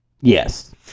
Yes